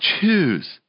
choose